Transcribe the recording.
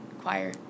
choir